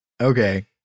Okay